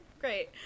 great